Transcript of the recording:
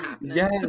Yes